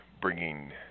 bringing